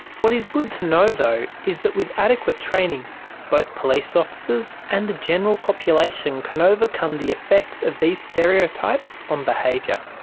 what is good to know though is that with adequate training both police officers and the general population can overcome the effects of these stereotypes on behaviour.